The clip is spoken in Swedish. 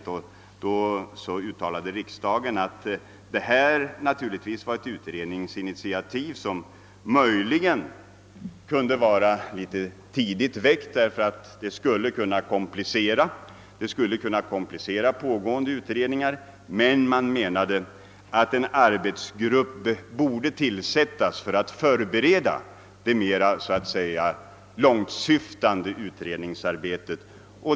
Riksdagen anförde även att ett utredningsinitiativ möjligen kunde vara litet tidigt väckt, eftersom det skulle kunna komplicera pågående utredningar. Man menade att en arbetsgrupp borde tillsättas för att förbereda ett mera långtsyftande utredningsarbete.